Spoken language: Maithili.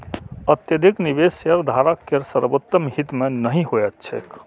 अत्यधिक निवेश शेयरधारक केर सर्वोत्तम हित मे नहि होइत छैक